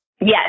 Yes